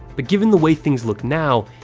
but given the way things look now,